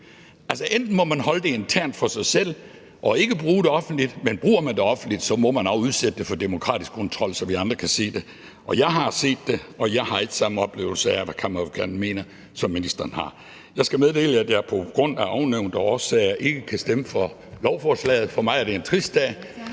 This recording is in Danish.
Altså, enten må man holde det internt for sig selv og ikke bruge det offentligt, eller hvis man bruger det offentligt, må man også udsætte det for demokratisk kontrol, så vi andre kan se det. Og jeg har set det, og jeg har ikke samme oplevelse af, hvad Kammeradvokaten mener, som ministeren har. Jeg skal meddele, at jeg på grund af ovennævnte årsager ikke kan stemme for lovforslaget. For mig er det en trist dag.